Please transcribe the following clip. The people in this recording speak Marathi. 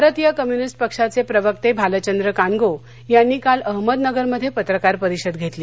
भारतीय कम्युनिष्ट पक्षाचप्रिवतः मालचंद्र कांगो यांनी काल अहमदनगर मध्यप्रित्रकार परिषद घरली